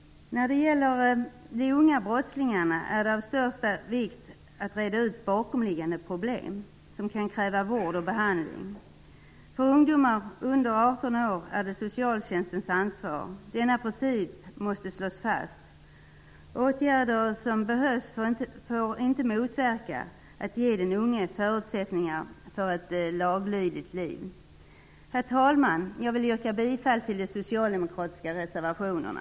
Vad gäller de unga brottslingarna är det av största vikt att reda ut bakomliggande problem som kan kräva vård och behandling. När det gäller ungdomar under 18 år är detta socialtjänstens ansvar. Denna princip måste slås fast. Åtgärderna får inte motverka möjligheterna att ge den unge förutsättningar för ett laglydigt liv. Herr talman! Jag yrkar bifall till de socialdemokratiska reservationerna.